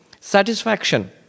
Satisfaction